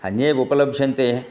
अन्ये उपलभ्यन्ते